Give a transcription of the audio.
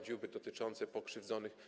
Dziuby dotyczące pokrzywdzonych.